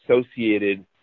associated